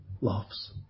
loves